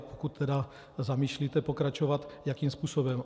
A pokud zamýšlíte pokračovat, jakým způsobem.